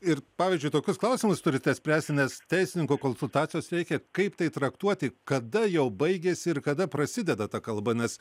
ir pavyzdžiui tokius klausimus turite spręsti nes teisininko konsultacijos reikia kaip tai traktuoti kada jau baigiasi ir kada prasideda ta kalba nes